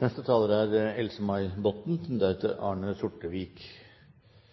Det er nesten fristende å si at det er